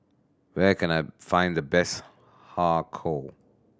where can I find the best Har Kow